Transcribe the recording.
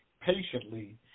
patiently